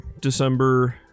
December